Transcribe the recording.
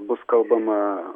bus kalbama